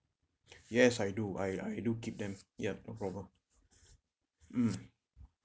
yes I do I I do keep them ya no problem mm